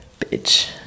bitch